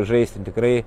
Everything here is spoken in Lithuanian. žaisim tikrai